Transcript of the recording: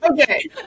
Okay